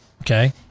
okay